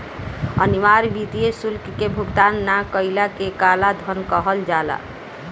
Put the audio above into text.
अनिवार्य वित्तीय शुल्क के भुगतान ना कईला के कालाधान कहल जाला